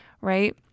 right